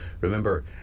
remember